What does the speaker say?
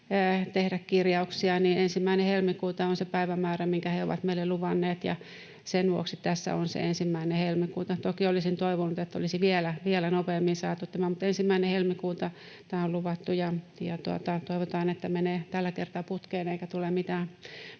tehdä kirjauksia. 1. helmikuuta on se päivämäärä, minkä he ovat meille luvanneet, ja sen vuoksi tässä on se 1. helmikuuta. Toki olisin toivonut, että olisi vielä nopeammin saatu tämä, mutta 1. helmikuuta tämä on luvattu, ja toivotaan, että menee tällä kertaa putkeen eikä tule mitään